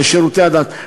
לשירותי הדת.